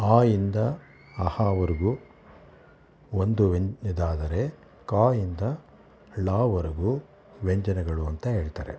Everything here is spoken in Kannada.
ಅ ಇಂದ ಅಃ ವರೆಗು ಒಂದು ಇದಾದರೆ ಕ ಇಂದ ಳವರೆಗು ವ್ಯಂಜನಗಳು ಅಂತ ಹೇಳ್ತಾರೆ